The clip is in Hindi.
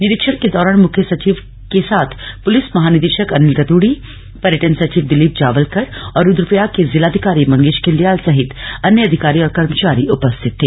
निरीक्षण के दौरान मुख्य सचिव के साथ पुलिस महानिदेशक अनिल रतूडी पर्यटन सचिव दिलीप जावलकर और रुद्रप्रयाग के जिलाधिकारी मंगेश घिल्डियाल सहित अन्य अधिकारी और कर्मचारी उपस्थित थे